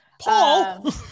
Paul